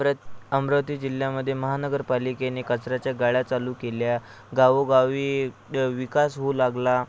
अमरावती जिल्ह्यामध्ये महानगरपालिकेने कचऱ्याच्या गाडया चालू केल्या गावोगावी द विकास होऊ लागला